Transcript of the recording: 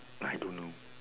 I don't know